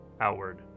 outward